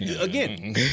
again